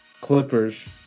Clippers